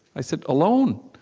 i said, alone?